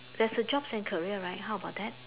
there's a jobs and career right how about that